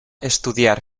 estudiar